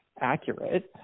accurate